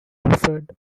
clifford